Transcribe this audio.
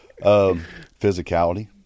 physicality